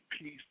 peace